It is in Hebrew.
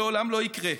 שלעולם לא יקרה,